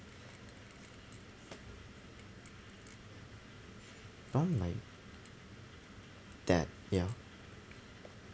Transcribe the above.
don't like that ya